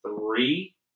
three